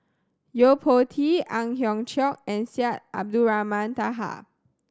Yo Po Tee Ang Hiong Chiok and Syed Abdulrahman Taha